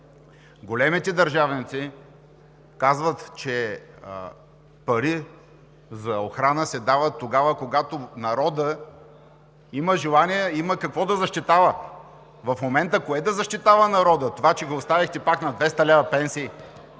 Големите държавници казват, че пари за охрана се дават тогава, когато народът има желание и има какво да защитава. В момента кое да защитава народът? Това, че го оставихте пак на 200 лв. пенсия?